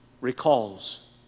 recalls